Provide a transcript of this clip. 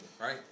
Right